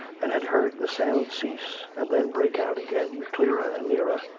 and had heard the sound cease and then break out again clearer and nearer,